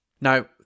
Now